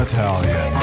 Italian